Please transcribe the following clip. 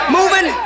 Moving